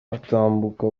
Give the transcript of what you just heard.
atambuka